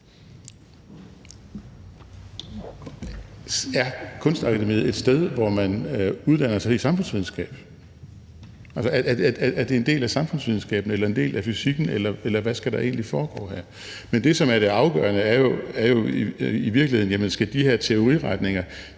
Er Kunstakademiet et sted, hvor man uddanner sig i samfundsvidenskab? Er det en del af samfundsvidenskaben eller en del af fysikken, eller hvad skal der egentlig foregå der? Men det, som er det afgørende, er jo i virkeligheden, om de her teoriretninger